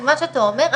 מה שאתה אומר,